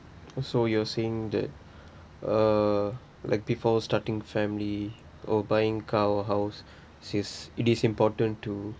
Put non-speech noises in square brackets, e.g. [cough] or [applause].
so you're saying that uh like people starting family or buying car house [breath] is it is important to